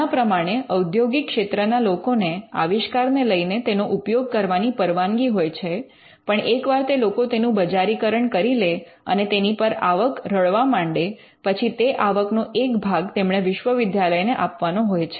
આના પ્રમાણે ઔદ્યોગિક ક્ષેત્રના લોકોને આવિષ્કારને લઈને તેનો ઉપયોગ કરવાની પરવાનગી હોય છે પણ એક વાર તે લોકો તેનું બજારીકરણ કરી લે અને તેની પર આવક રળવા માંડે પછી તે આવક નો એક ભાગ તેમણે વિશ્વવિદ્યાલયને આપવાનો હોય છે